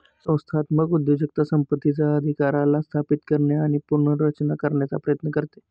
संस्थात्मक उद्योजकता संपत्तीचा अधिकाराला स्थापित करणे आणि पुनर्रचना करण्याचा प्रयत्न करते